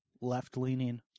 left-leaning